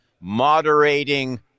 moderating